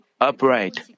upright